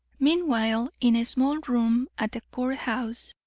meanwhile, in a small room at the court-house,